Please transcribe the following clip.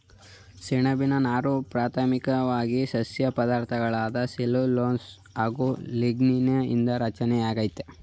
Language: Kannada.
ಸೆಣ್ಬಿನ ನಾರು ಪ್ರಾಥಮಿಕ್ವಾಗಿ ಸಸ್ಯ ಪದಾರ್ಥಗಳಾದ ಸೆಲ್ಯುಲೋಸ್ಗಳು ಹಾಗು ಲಿಗ್ನೀನ್ ನಿಂದ ರಚನೆಯಾಗೈತೆ